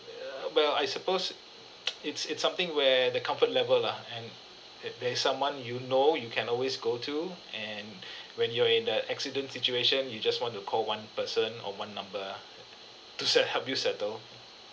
err well I suppose it's it's something where the comfort level lah and that there someone you know you can always go to and when you're in the accident situation you just want to call one person or one number to set help you settle